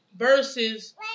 Versus